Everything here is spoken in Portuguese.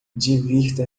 divirta